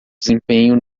desempenho